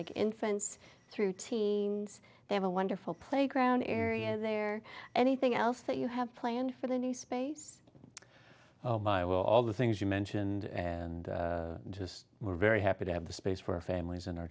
like infants through t they have a wonderful playground area there anything else that you have planned for the new space by all the things you mentioned and just we're very happy to have the space for our families and our